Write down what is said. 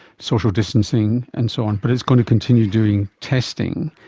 social distancing and so on, but it's going to continue doing testing.